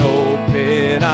open